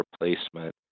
replacement